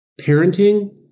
parenting